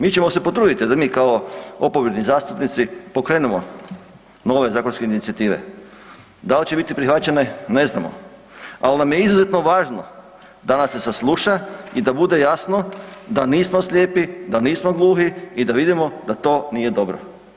Mi ćemo se potruditi da mi kao oporbeni zastupnici pokrenemo nove zakonske inicijative, dal će biti prihvaćene, ne znamo ali nam je izuzetno važno da nas se sasluša i da bude jasno da nismo slijepi, da nismo gluhi i da vidimo da to nije dobro.